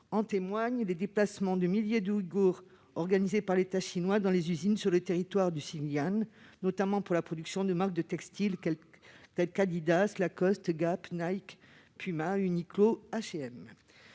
en témoignent les déplacements de milliers d'Ouïghours, organisés par l'État chinois dans les usines du territoire du Xinjiang, notamment pour la production de marques de textile telles qu'Adidas, Lacoste, Gap, Nike, Puma, Uniqlo ou H&M.